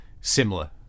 similar